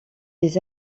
des